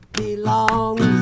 belongs